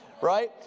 right